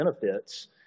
benefits